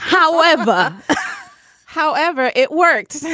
however however, it works,